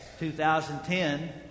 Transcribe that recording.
2010